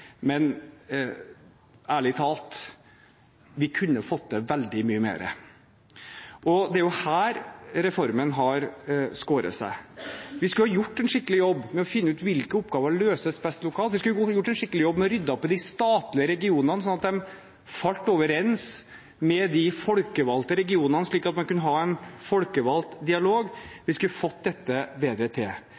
Men ærlig talt, vi kunne fått til veldig mye mer. Det er her reformen har skåret seg. Vi skulle gjort en skikkelig jobb med å finne ut hvilke oppgaver løses best lokalt. Vi skulle gjort en skikkelig jobb med å rydde opp i de statlige regionene slik at de falt overens med de folkevalgte regionene, slik at en kunne hatt en folkevalgt dialog. Vi skulle fått dette bedre til.